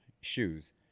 shoes